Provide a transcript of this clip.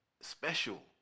special